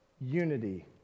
unity